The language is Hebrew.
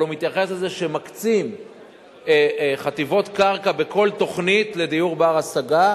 אבל הוא מתייחס לזה שמקצים חטיבות קרקע בכל תוכנית לדיור בר-השגה,